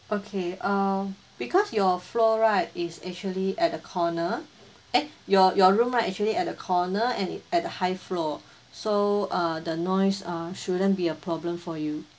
okay uh because your floor right is actually at the corner eh your your room right actually at the corner and it at the high floor so uh the noise uh shouldn't be a problem for you